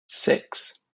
six